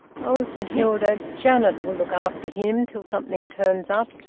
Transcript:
oh, said hilda, janet will look after him till something turns up.